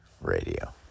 Radio